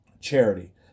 charity